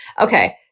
Okay